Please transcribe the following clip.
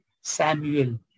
Samuel